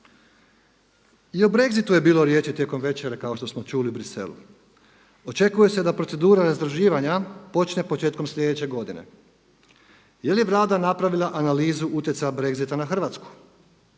I o Brexitu je bilo riječi tijekom večere kao što smo čuli u Bruxellesu. Očekuje se da procedura razdruživanja počne početkom sljedeće godine. Je li Vlada napravila analizu utjecaja Brexita na Hrvatsku?